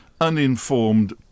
uninformed